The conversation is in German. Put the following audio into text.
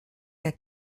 der